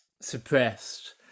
suppressed